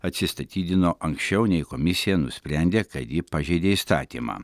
atsistatydino anksčiau nei komisija nusprendė kad ji pažeidė įstatymą